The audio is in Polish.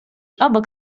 obok